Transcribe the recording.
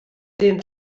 den